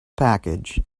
package